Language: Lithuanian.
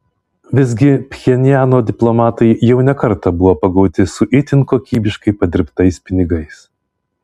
visgi pchenjano diplomatai jau ne kartą buvo pagauti su itin kokybiškai padirbtais pinigais